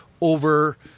over